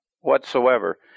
whatsoever